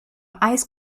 eis